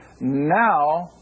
now